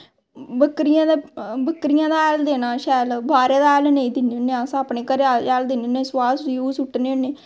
बक्करियें दा हैल देना शैल बाह्रे दा हैल नेंई दिन्ने होन्ने अस अपनें घरे दा हैल दिन्ने होन्ने सुआह सुट्टने होन्ने